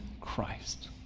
Christ